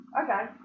Okay